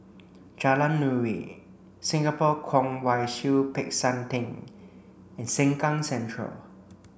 Jalan Nuri Singapore Kwong Wai Siew Peck San Theng and Sengkang Central